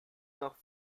nach